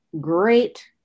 great